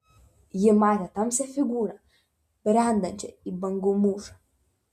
ji matė tamsią figūrą brendančią į bangų mūšą